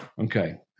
Okay